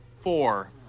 four